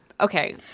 okay